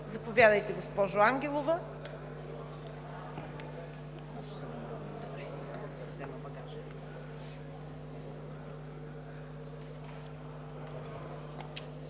заповядайте, госпожо Ангелова.